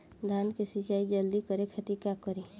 धान के सिंचाई जल्दी करे खातिर का करी?